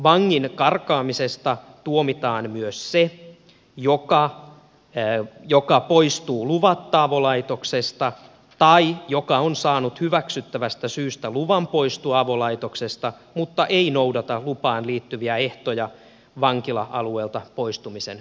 vangin karkaamisesta tuomitaan myös se joka poistuu luvatta avolaitoksesta tai joka on saanut hyväksyttävästä syystä luvan poistua avolaitoksesta mutta ei noudata lupaan liittyviä ehtoja vankila alueelta poistumisen pituudesta